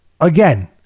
again